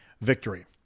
victory